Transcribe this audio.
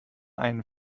einen